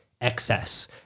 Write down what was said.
excess